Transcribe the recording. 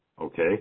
Okay